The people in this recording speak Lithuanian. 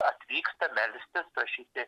atvyksta melstis prašyti